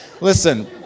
listen